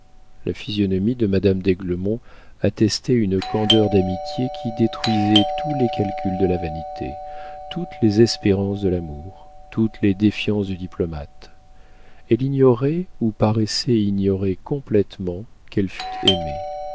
la physionomie de madame d'aiglemont attestait une candeur d'amitié qui détruisait tous les calculs de la vanité toutes les espérances de l'amour toutes les défiances du diplomate elle ignorait ou paraissait ignorer complétement qu'elle fût aimée